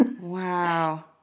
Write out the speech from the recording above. wow